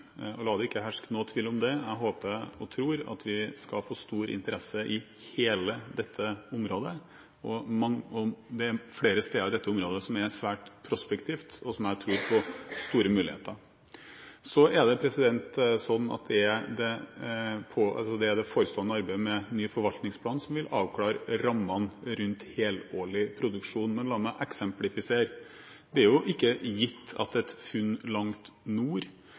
La det ikke herske noen tvil om det. Jeg håper og tror at vi skal få stor interesse i hele dette området. Det er flere steder i dette området som er svært prospektive, og hvor jeg tror det er store muligheter. Det er det forestående arbeidet med ny forvaltningsplan som vil avklare rammene rundt helårlig produksjon. Men la meg eksemplifisere: Det er ikke gitt at et funn langt nord,